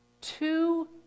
two